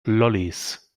lollis